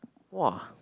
!wow!